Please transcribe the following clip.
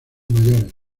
mayores